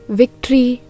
victory